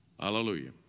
Hallelujah